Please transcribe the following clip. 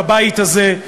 בבית הזה,